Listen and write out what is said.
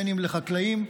בין שבחקלאות,